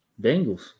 Bengals